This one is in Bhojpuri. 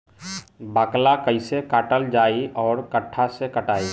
बाकला कईसे काटल जाई औरो कट्ठा से कटाई?